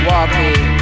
Walking